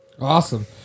Awesome